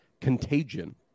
contagion